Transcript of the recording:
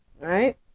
Right